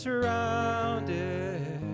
Surrounded